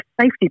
safety